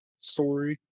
story